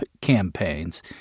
campaigns